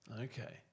Okay